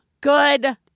good